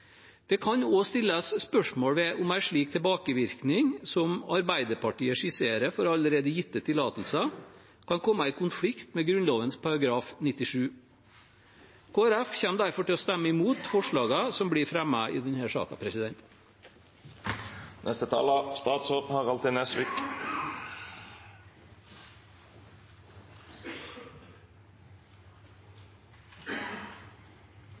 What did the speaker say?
Det kan også stilles spørsmål ved om en slik tilbakevirkning som Arbeiderpartiet skisserer for allerede gitte tillatelser, kan komme i konflikt med Grunnloven § 97. Kristelig Folkeparti kommer derfor til å stemme imot forslagene som blir fremmet i